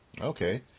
Okay